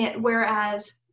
whereas